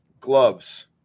gloves